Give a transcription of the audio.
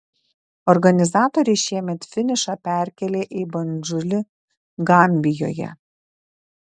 organizatoriai šiemet finišą perkėlė į bandžulį gambijoje